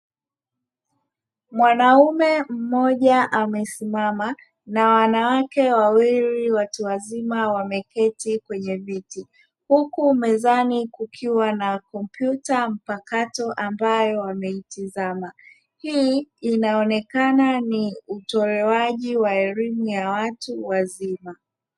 Mwanaume mmoja amesimama na wanawake wawili watu wazima wameketi kwenye viti huku mezani kukiwa na kompyuta mpakato ambayo wameitizama. Hii inaonekana ni utolewaji wa elimu ya watu wazima.